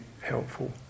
helpful